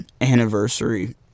anniversary